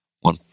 One